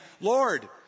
Lord